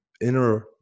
inner